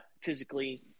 physically